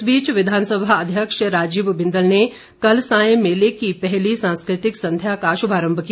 इस बीच विधानसभा अध्यक्ष राजीव बिंदल ने कल मेले की पहली सांस्कृतिक संध्या का शुभारम्भ किया